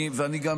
אני גם